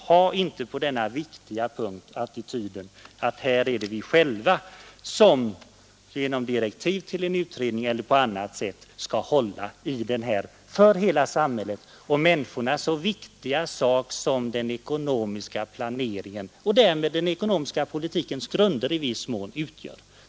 Ha inte på denna viktiga punkt attityden: Det är vi själva som genom direktiv till en utredning eller på annat sätt skall hålla i den för hela samhället och människorna så viktiga fråga som den ekonomiska planeringen — och därmed i viss mån den ekonomiska politikens grunder — utgör!